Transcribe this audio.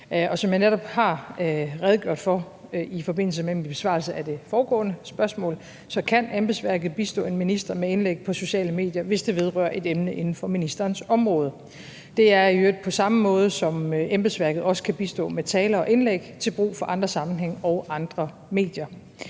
som jeg netop har redegjort for i forbindelse med min besvarelse af det foregående spørgsmål, så kan embedsværket bistå en minister med indlæg på sociale medier, hvis det vedrører et emne inden for ministerens område. Det er i øvrigt på samme måde, som embedsværket også kan bistå med taler og indlæg til brug i andre sammenhænge og andre medier.